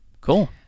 Cool